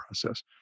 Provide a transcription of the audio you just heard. process